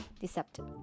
deceptive